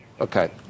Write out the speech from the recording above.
Okay